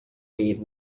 leave